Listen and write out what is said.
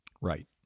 Right